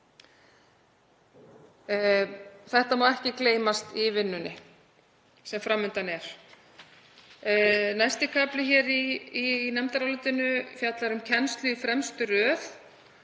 Þetta má ekki gleymast í vinnunni sem fram undan er. Næsti kafli í nefndarálitinu fjallar um kennslu í fremstu röð.